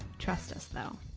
trust us, though.